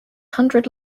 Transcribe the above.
hundred